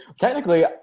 Technically